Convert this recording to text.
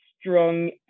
strong